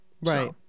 Right